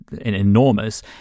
enormous